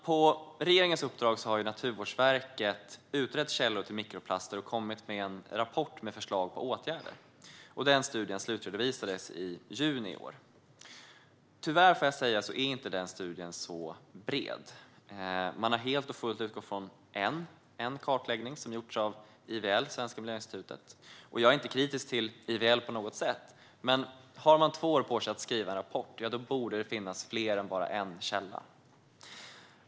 På regeringens uppdrag har Naturvårdsverket utrett källor till mikroplaster och kommit med en rapport med förslag på åtgärder. Denna studie slutredovisades i juni i år. Tyvärr är denna studie inte så bred. Man har helt och fullt utgått från en kartläggning, som har gjorts av IVL Svenska Miljöinstitutet. Jag är inte kritisk till IVL på något sätt. Men om man har två år på sig att skriva en rapport, då borde det finnas fler än bara en källa.